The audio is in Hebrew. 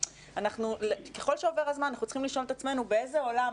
ככל שעובר הזמן אנחנו צריכים לשאול את עצמנו באיזה עולם,